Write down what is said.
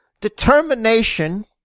determination